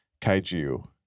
kaiju